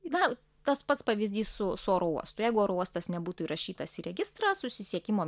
na tas pats pavyzdys su su oro uostu jeigu oro uostas nebūtų įrašytas į registrą susisiekimo